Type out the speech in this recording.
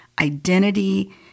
identity